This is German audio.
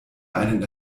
einen